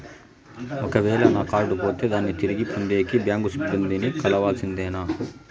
ఒక వేల నా కార్డు పోతే దాన్ని తిరిగి పొందేకి, బ్యాంకు సిబ్బంది ని కలవాల్సిందేనా?